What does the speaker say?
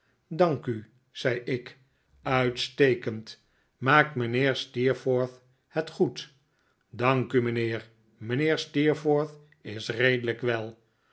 dank u zei ik uitstekend maakt mijnheer steerforth het goed dank u mijnheer mijnheer steerforth is redelijk wel